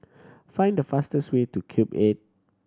find the fastest way to Cube Eight